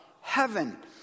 heaven